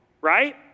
Right